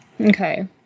Okay